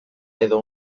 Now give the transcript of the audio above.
edo